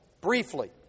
briefly